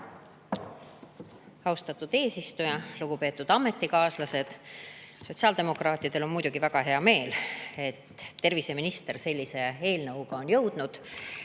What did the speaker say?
Austatud eesistuja! Lugupeetud ametikaaslased! Sotsiaaldemokraatidel on muidugi väga hea meel, et terviseminister sellise eelnõuga siia on jõudnud.